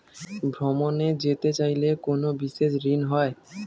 ভ্রমণে যেতে চাইলে কোনো বিশেষ ঋণ হয়?